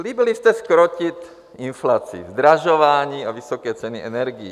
Slíbili jste zkrotit inflaci, zdražování a vysoké ceny energií.